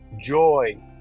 joy